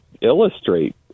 illustrate